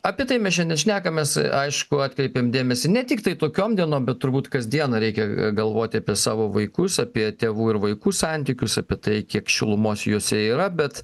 apie tai mes šiandien šnekamės aišku atkreipiam dėmesį ne tik tai tokiom dienom bet turbūt kasdieną reikia galvoti apie savo vaikus apie tėvų ir vaikų santykius apie tai kiek šilumos jose yra bet